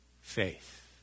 faith